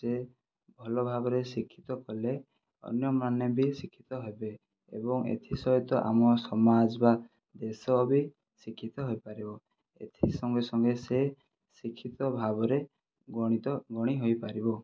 ସେ ଭଲ ଭାବରେ ଶିକ୍ଷିତ କଲେ ଅନ୍ୟମାନେ ବି ଶିକ୍ଷିତ ହେବେ ଏବଂ ଏଥି ସହିତ ଆମ ସମାଜ ବା ଦେଶ ବି ଶିକ୍ଷିତ ହୋଇପାରିବ ଏଥି ସଙ୍ଗେସଙ୍ଗେ ସେ ଶିକ୍ଷିତ ଭାବରେ ଗଣିତ ଗଣି ହୋଇପାରିବ